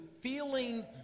feeling